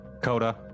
Coda